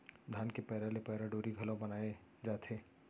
धान के पैरा ले पैरा डोरी घलौ बनाए जाथे